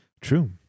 True